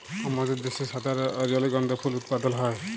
আমাদের দ্যাশে সাদা রজলিগন্ধা ফুল উৎপাদল হ্যয়